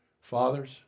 fathers